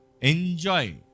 Enjoy